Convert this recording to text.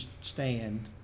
stand